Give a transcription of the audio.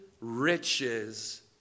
riches